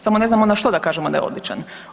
Samo ne znamo na što da kažemo da je odličan.